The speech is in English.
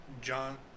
John